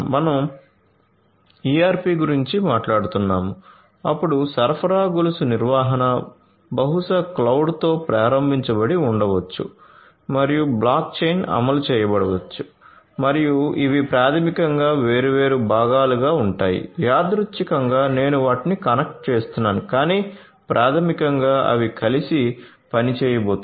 మనం ERP గురించి మాట్లాడుతున్నాము అప్పుడు సరఫరా గొలుసు నిర్వహణ బహుశా క్లౌడ్ తో ప్రారంభించబడి ఉండవచ్చు మరియు బ్లాక్ చైన్ అమలు చేయబడవచ్చు మరియు ఇవి ప్రాథమికంగా వేర్వేరు భాగాలుగా ఉంటాయి యాదృచ్ఛికంగా నేను వాటిని కనెక్ట్ చేస్తున్నాను కానీ ప్రాథమికంగా అవి కలిసి పనిచేయబోతున్నాయి